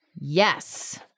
yes